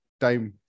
time